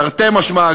תרתי משמע,